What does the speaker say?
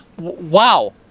Wow